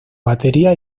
batería